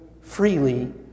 freely